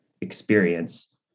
experience